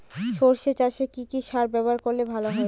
সর্ষে চাসে কি কি সার ব্যবহার করলে ভালো হয়?